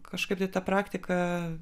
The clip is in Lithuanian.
kažkaip tai ta praktika